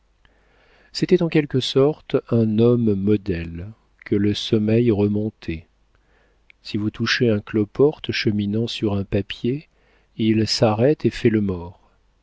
c'était en quelque sorte un homme modèle que le sommeil remontait si vous touchez un cloporte cheminant sur un papier il s'arrête et fait le mort